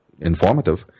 informative